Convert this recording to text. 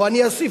או אני אוסיף,